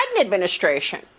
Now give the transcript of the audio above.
administration